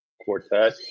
quartet